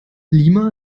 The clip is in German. lima